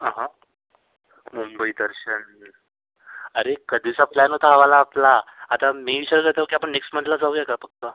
हां हां मुंबई दर्शन अरे कधीचा प्लॅन होता हा वाला आपला आता मी समजत होतो आपण नेक्श्ट मंथला जाऊया का पक्का